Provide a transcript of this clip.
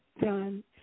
done